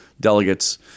delegates